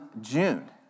June